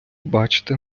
бачите